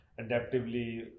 adaptively